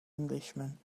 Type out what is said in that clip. englishman